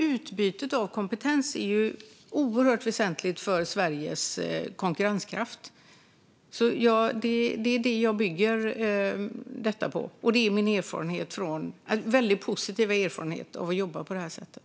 Utbytet av kompetens är oerhört väsentligt för Sveriges konkurrenskraft. Det är det jag bygger detta på, och det är min väldigt positiva erfarenhet av att jobba på det här sättet.